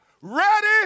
ready